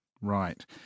Right